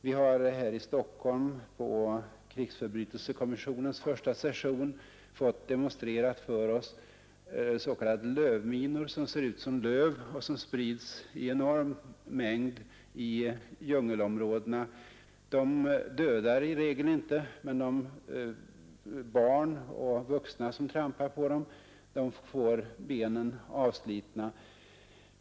Vi har här i Stockholm på krigsförbrytelsekommissionens första session fått demonstrerat för oss s.k. lövminor, som ser ut som löv och som sprids i enorm mängd i djungelområdena. De dödar i regel inte, men barn och vuxna som trampar på dem får benen avslitna.